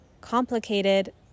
complicated